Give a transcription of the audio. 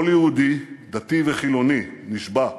כל יהודי דתי וחילוני נשבע: